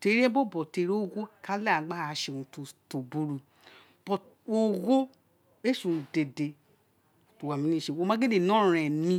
Teri ireyé bobo tori ogho owum ré leghe eghan gba ra sé urun to o buru ogho éè sé urun dede ti wo wa mi mi sé wo ma ghéle ne ọrọnrọn emi